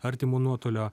artimo nuotolio